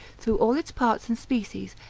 through all its parts and species,